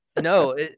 No